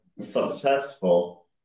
successful